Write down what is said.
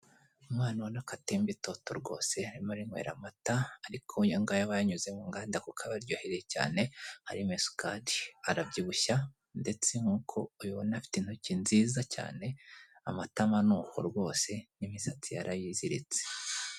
Umwana ubona ko atembe itoto rwose, arimo arinywera amata ariko aya ngaya aba yanyuze mu nganda kuko aba aryoheye cyane, arimo isukari. Arabyibushya ndetse nk'uko mubibona, afite intoki nziza cyane, amatama ni uko rwose n'imisatsi yarayiziritse.